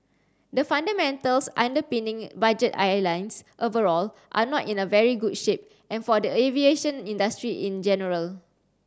the fundamentals underpinning budget airlines overall are not in a very good shape and for the aviation industry in general